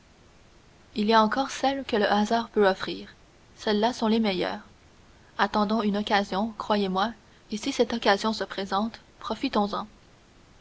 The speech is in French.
il y a encore celles que le hasard peut offrir celles-là sont les meilleures attendons une occasion croyez-moi et si cette occasion se présente profitons-en